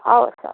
हवस् हवस्